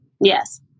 Yes